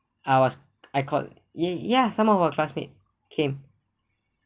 I was I called ya ya some of our classmate came